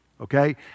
okay